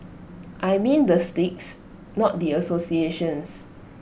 I mean the sticks not the associations